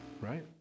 Right